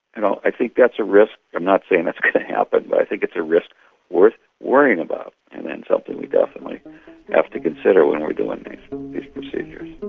and i think that's a risk i'm not saying it's going to happen but i think it's a risk worth worrying about, and ends up that we definitely have to consider when we're doing these procedures.